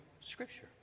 Scripture